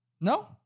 No